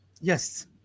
Yes